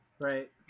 Right